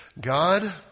God